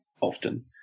often